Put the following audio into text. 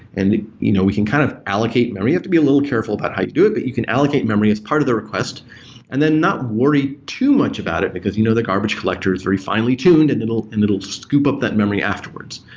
and you know we can kind of allocate memory. you have to be a little careful about how you do it, but you can allocate memory as part of the request and then not worry too much about it, because you know the garbage collector is very finely tuned and it and will scoop up that memory afterwards.